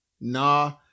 Nah